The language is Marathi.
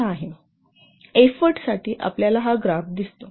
एफोर्टसाठी आपल्याला हा ग्राफ दिसतो